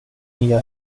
nya